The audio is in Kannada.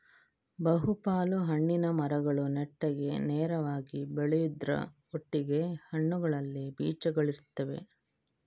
ಬಹು ಪಾಲು ಹಣ್ಣಿನ ಮರಗಳು ನೆಟ್ಟಗೆ ನೇರವಾಗಿ ಬೆಳೆಯುದ್ರ ಒಟ್ಟಿಗೆ ಹಣ್ಣುಗಳಲ್ಲಿ ಬೀಜಗಳಿರ್ತವೆ